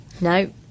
No